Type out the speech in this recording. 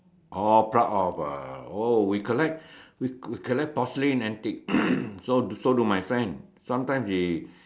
oh pluck off ah oh we collect we collect porcelain antique so so do my friend sometimes he